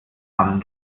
mann